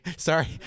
Sorry